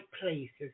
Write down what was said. places